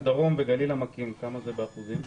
הדרום וגליל-עמקים, כמה זה באחוזים?